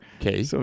Okay